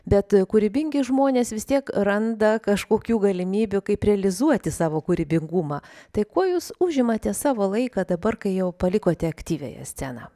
bet kūrybingi žmonės vis tiek randa kažkokių galimybių kaip realizuoti savo kūrybingumą tai kuo jūs užimate savo laiką dabar kai jau palikote aktyviąją sceną